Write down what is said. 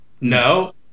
No